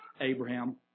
Abraham